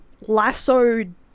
lassoed